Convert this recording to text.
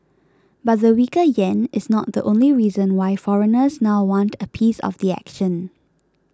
but the weaker yen is not the only reason why foreigners now want a piece of the action